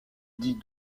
dit